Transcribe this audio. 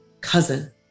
cousin